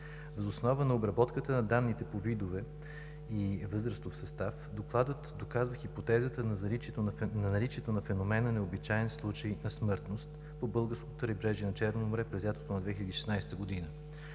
Въз основа на обработката на данните по видов и възрастов състав, докладът доказва хипотезата на наличието на феномен на „необичаен случай на смъртност“ по българското крайбрежие на Черно море през лятото на 2016 г.